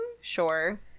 Sure